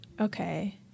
Okay